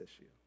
issue